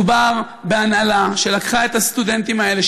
מדובר בהנהלה שלקחה את הסטודנטים האלה,